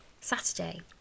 Saturday